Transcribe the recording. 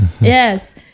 yes